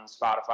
Spotify